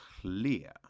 clear